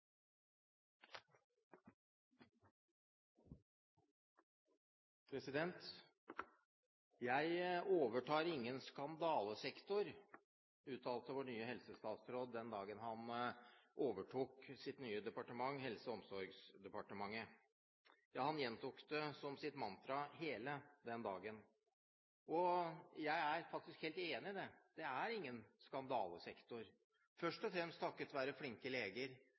Jeg overtar ingen skandalesektor, uttalte vår nye helsestatsråd den dagen han overtok sitt nye departement, Helse- og omsorgsdepartementet. Ja, han gjentok det som sitt mantra hele den dagen. Jeg er faktisk helt enig i det, det er ingen skandalesektor, først og fremst takket være flinke leger